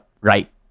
right